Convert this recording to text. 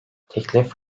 teklif